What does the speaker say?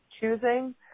choosing